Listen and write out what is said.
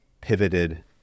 pivoted